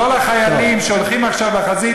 כל החיילים שהולכים עכשיו לחזית,